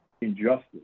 injustice